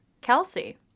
Kelsey